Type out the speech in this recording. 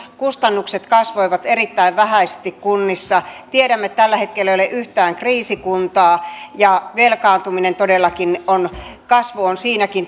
kustannukset kasvoivat erittäin vähäisesti kunnissa tiedämme että tällä hetkellä ei ole yhtään kriisikuntaa ja velkaantumisessakin todellakin kasvu on